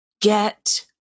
get